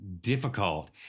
difficult